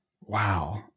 Wow